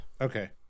Okay